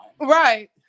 Right